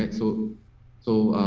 and so so